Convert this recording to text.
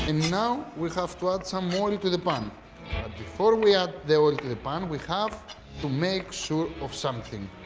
and now, we have to add some oil to the pan. but and before we add the oil to the pan, we have to make sure of something.